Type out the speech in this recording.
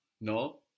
no